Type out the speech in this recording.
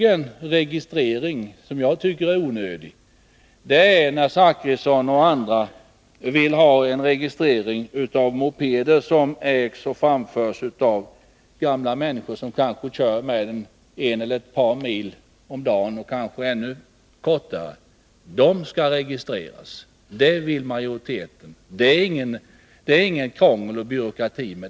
En registrering som jag tycker är onödig är den som Bertil Zachrisson och andra vill ha av mopeder som ägs och framförs av gamla människor, som kanske kör med den någon mil om dagen. De skall registreras. Det vill majoriteten. Det är inget krångel och ingen byråkrati.